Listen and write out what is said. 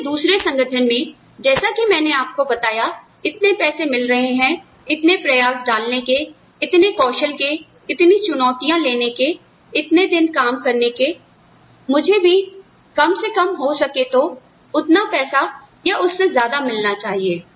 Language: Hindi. तो किसी दूसरे संगठन में जैसा कि मैंने आपको बताया इतने पैसे मिल रहे हैं इतने प्रयास डालने के इतने कौशल के इतनी चुनौतियाँ लेने के इतने दिन काम करने के मुझे भी कम से कम हो सके तो उतना पैसा या उससे ज्यादा मिलना चाहिए